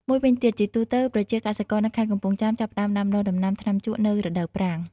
មួយវិញទៀត ជាទូទៅ ប្រជាកសិករនៅខេត្តកំពង់ចាមចាប់ផ្ដើមដាំដុះដំណាំថ្នាំជក់នៅ រដូវប្រាំង។